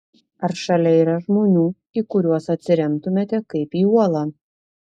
ar šalia yra žmonių į kuriuos atsiremtumėte kaip į uolą